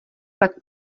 pak